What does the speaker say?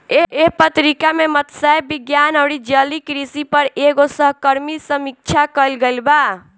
एह पत्रिका में मतस्य विज्ञान अउरी जलीय कृषि पर एगो सहकर्मी समीक्षा कईल गईल बा